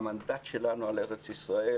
המנדט שלנו על ארץ ישראל,